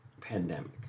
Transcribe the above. pandemic